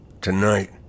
Tonight